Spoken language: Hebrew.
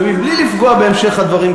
ומבלי לפגוע בהמשך הדברים,